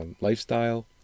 lifestyle